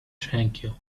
tranquil